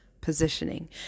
positioning